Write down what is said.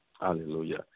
Hallelujah